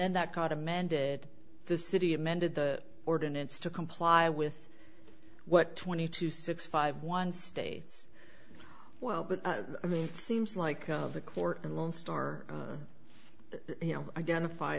then that got amended the city amended the ordinance to comply with what twenty two six five one states well i mean it seems like of the court and lone star you know identify